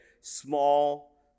small